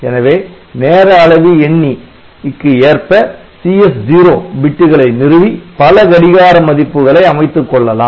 எனவே நேர அளவி எண்ணிக்கு ஏற்ப CS0 பிட்டுகளை நிறுவி பல கடிகார மதிப்புகளை அமைத்துக் கொள்ளலாம்